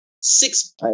six